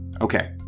Okay